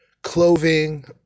clothing